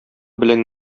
белән